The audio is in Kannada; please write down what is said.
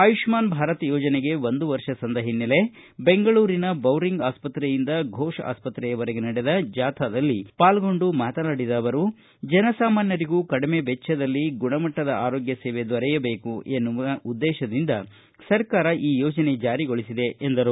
ಆಯುಷ್ನಾನ್ ಭಾರತ್ ಯೋಜನೆಗೆ ಒಂದು ವರ್ಷ ಸಂದ ಹಿನ್ನೆಲೆ ಬೆಂಗಳೂರಿನ ಬೌರಿಂಗ್ ಆಸ್ಪತ್ರೆಯಿಂದ ಫೋಷ ಆಸ್ಪತ್ರೆಯವರೆಗೆ ನಡೆದ ಜಾಥಾದಲ್ಲಿ ಪಾಲ್ಗೊಂಡು ಮಾತನಾಡಿದ ಅವರು ಜನ ಸಾಮಾನ್ವರಿಗೂ ಕಡಿಮೆ ವೆಚ್ಚದಲ್ಲಿ ಗುಣಮಟ್ಟದ ಆರೋಗ್ಯ ಸೇವೆ ದೊರೆಯಬೇಕು ಎನ್ನುವ ಉದ್ದೇಶದಿಂದ ಸರ್ಕಾರ ಈ ಯೋಜನೆ ಜಾರಿಗೊಳಿಸಿದೆ ಎಂದರು